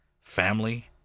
Family